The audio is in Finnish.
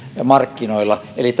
markkinoilla eli